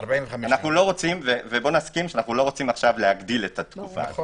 אנו לא רוצים להגדיל את התקופה נסכים על זה.